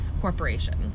corporation